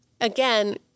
again